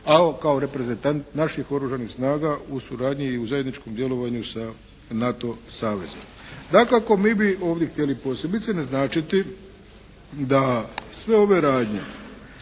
a kao reprezentant naših oružanih snaga u suradnji i u zajedničkom djelovanju sa NATO savezom. Dakako mi bi ovdje htjeli posebice naglasiti da sve ove radnje